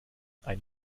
ein